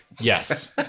Yes